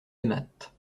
aimâtes